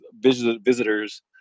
visitors